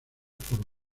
por